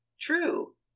True